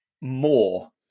more